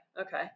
Okay